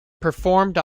performed